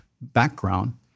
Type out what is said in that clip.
background